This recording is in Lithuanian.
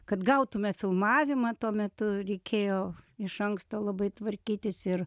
kad gautume filmavimą tuo metu reikėjo iš anksto labai tvarkytis ir